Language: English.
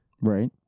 Right